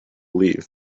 leave